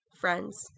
friends